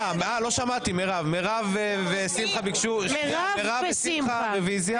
מירב ושמחה ביקשו רביזיה,